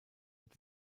mit